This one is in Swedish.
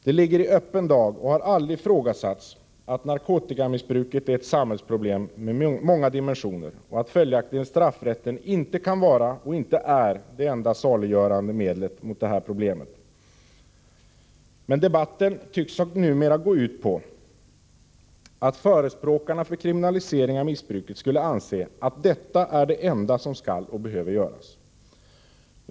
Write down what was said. Det ligger i öppen dag och har aldrig ifrågasatts att narkotikamissbruket är ett samhällsproblem med många dimensioner, följaktligen kan straffrätten inte vara och är inte det enda saliggörande medlet när det gäller de här problemen. Men debatten tycks numera gå ut på att förespråkarna för kriminalisering av missbruket skulle anse att detta är det enda som skall och behöver göras.